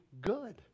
good